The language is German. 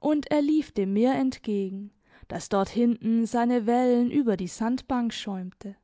und er lief dem meer entgegen das dort hinten seine wellen über die sandbank schäumte